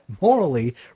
morally